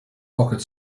pocket